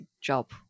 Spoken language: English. job